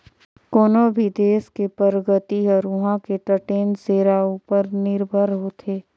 कोनो भी देस के परगति हर उहां के टटेन सेरा उपर निरभर होथे